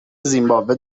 زیمباوه